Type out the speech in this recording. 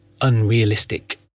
Unrealistic